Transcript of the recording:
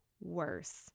worse